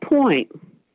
point